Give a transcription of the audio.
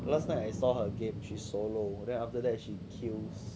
last time I saw her game she solo then after that she kills